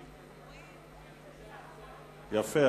יפה.